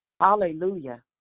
Hallelujah